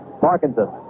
Parkinson